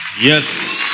Yes